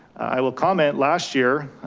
i will comment last year,